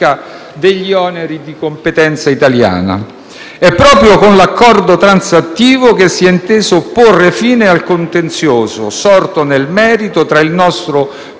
degli oneri di competenza italiana. È proprio con l'Accordo transattivo che si è inteso porre fine al contenzioso sorto nel merito tra il nostro